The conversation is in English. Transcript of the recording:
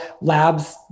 labs